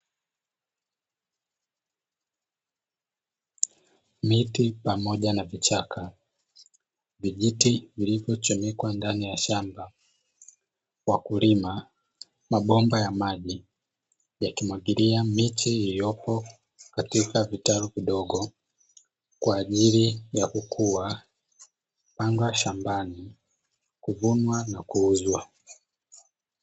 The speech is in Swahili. Miti pamoja na vichaka, vijiti vilivyochomekwa ndani ya shamba, wakulima, mabomba ya maji yakimwagilia miche iliyopo katika vitalu vidogo kwa ajili ya kukua, kupandwa shambani, kuvunwa na kuuzwa.